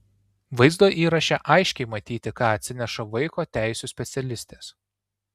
vaizdo įraše aiškiai matyti ką atsineša vaiko teisių specialistės